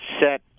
set